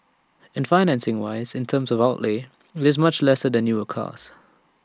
and financing wise in terms of outlay IT is much lesser than newer cars